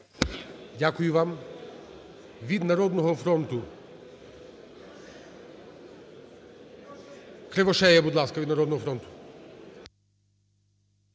Дякую вам. Від "Народного фронту" Кривошея, будь ласка, від "Народного фронту".